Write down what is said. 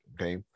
Okay